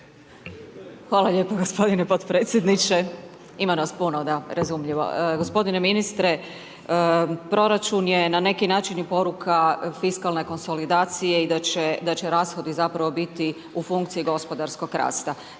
Hvala lijepo gospodine podpredsjedniče. Ima nas puno, da, razumljivo. Gospodine ministre proračun je na neki način i poruka fiskalne konsolidacije i da će rashodi zapravo biti u funkciji gospodarskog rasta,